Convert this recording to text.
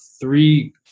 three